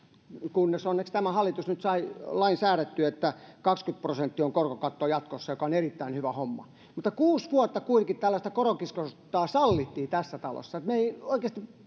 kunnes onneksi tämä hallitus sai nyt säädettyä lain että kaksikymmentä prosenttia on korkokatto jatkossa mikä on erittäin hyvä homma mutta kuusi vuotta kuitenkin tällaista koronkiskontaa sallittiin tässä talossa me emme